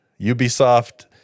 ubisoft